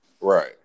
Right